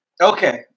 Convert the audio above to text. Okay